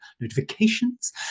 notifications